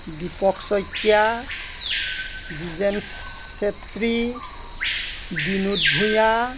Dipak Saikia Dijen Chetri Binod Bhuyan